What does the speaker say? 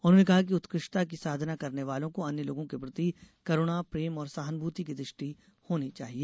उन्होंने कहा कि उत्कृष्टता की साधना करने वालों को अन्य लोगों के प्रति करुणा प्रेम और सहानुभूति की दृष्टि होनी चाहिए